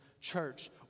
Church